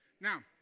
Now